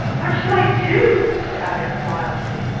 what shall i do? said alex wildly.